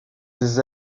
des